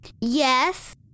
Yes